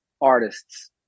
artists